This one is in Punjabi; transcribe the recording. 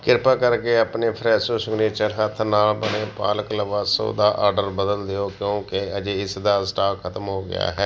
ਕਿਰਪਾ ਕਰਕੇ ਆਪਣੇ ਫਰੈਸ਼ੋ ਸਿਗਨੇਚਰ ਹੱਥ ਨਾਲ ਬਣੇ ਪਾਲਕ ਲਾਵਾਸ਼ ਦਾ ਆਰਡਰ ਬਦਲ ਦਿਓ ਕਿਉਂਕਿ ਅਜੇ ਇਸ ਦਾ ਸਟਾਕ ਖਤਮ ਹੋ ਗਿਆ ਹੈ